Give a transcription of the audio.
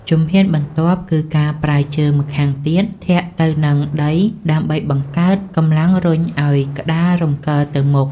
ជំហានបន្ទាប់ គឺការប្រើជើងម្ខាងទៀតធាក់ទៅនឹងដីដើម្បីបង្កើតកម្លាំងរុញឱ្យក្ដាររំកិលទៅមុខ។